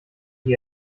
die